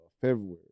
February